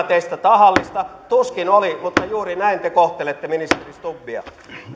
teistä tahallista tuskin oli mutta juuri näin te kohtelette ministeri stubbia